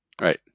right